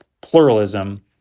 pluralism